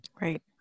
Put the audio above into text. Right